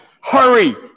hurry